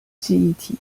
记忆体